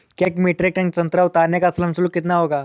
एक metric tonne संतरा उतारने का श्रम शुल्क कितना होगा?